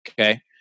Okay